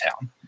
town